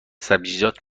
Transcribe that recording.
سبزیجات